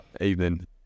evening